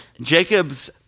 Jacob's